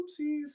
Oopsies